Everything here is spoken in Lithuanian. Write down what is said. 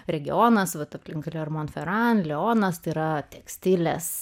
regionas vat aplink yra tekstilės